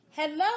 Hello